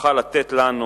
שיוכל לתת לנו